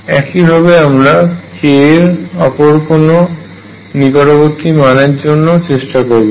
একই ভাবে আমরা k এর অপর কোনো নিকটবর্তী মানের জন্য ও চেষ্টা করব